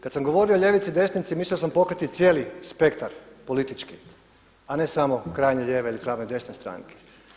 Kada sam govorio o ljevici i desnici, mislio sam pokriti cijeli spektar politički, a ne samo krajnje lijeve ili krajnje desne stranke.